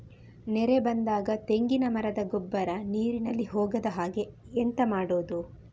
ನೆರೆ ಬಂದಾಗ ತೆಂಗಿನ ಮರದ ಗೊಬ್ಬರ ನೀರಿನಲ್ಲಿ ಹೋಗದ ಹಾಗೆ ಎಂತ ಮಾಡೋದು?